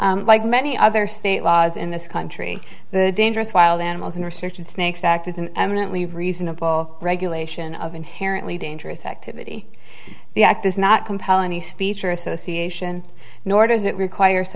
may like many other state laws in this country the dangerous wild animals in research and snakes act is an eminently reasonable regulation of inherently dangerous activity the act does not compel any speech or association nor does it require